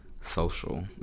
Social